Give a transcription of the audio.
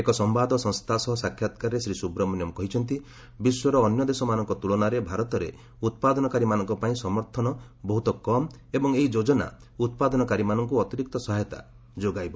ଏକ ସମ୍ଭାଦ ସଂସ୍ଥା ସହ ସାକ୍ଷାତ୍କାରରେ ଶ୍ରୀ ସୁବ୍ରମଣ୍ୟମ୍ କହିଛନ୍ତି ବିଶ୍ୱର ଅନ୍ୟ ଦେଶମାନଙ୍କ ତ୍ରଳନାରେ ଭାରତରେ ଉତ୍ପଦନକାରୀମାନଙ୍କ ପାଇଁ ସମର୍ଥନ ବହୃତ କମ୍ ଏବଂ ଏହି ଯୋଜନା ଉତ୍ପାଦନକାରୀମାନଙ୍କୁ ଅତିରିକ୍ତ ସହାୟତା ଯୋଗାଇବ